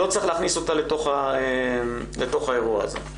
לא צריך להכניס אותה לתוך האירוע הזה.